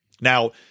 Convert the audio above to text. Now